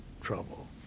trouble